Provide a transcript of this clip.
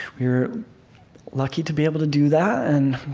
were lucky to be able to do that. and